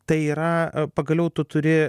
tai yra pagaliau tu turi